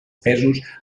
pesos